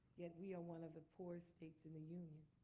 yet we are one of the poorest states in the union.